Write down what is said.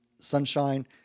sunshine